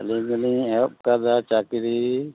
ᱟᱹᱞᱤᱧ ᱫᱚᱞᱤᱧ ᱮᱦᱚᱵ ᱟᱠᱟᱫᱟ ᱪᱟᱠᱨᱤ